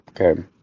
okay